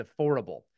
affordable